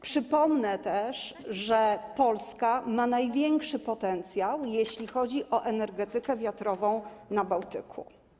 Przypomnę, że Polska ma największy potencjał, jeśli chodzi o energetykę wiatrową na Bałtyku.